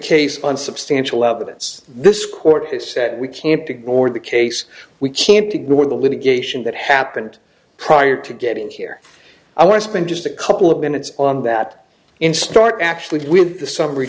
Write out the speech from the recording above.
case on substantial evidence this court has said we can't ignore the case we can't ignore the litigation that happened prior to getting here i want to spend just a couple of minutes on that in start actually with the summary